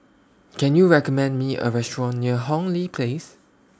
Can YOU recommend Me A Restaurant near Hong Lee Place